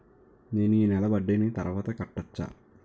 నేను ఈ నెల వడ్డీని తర్వాత కట్టచా?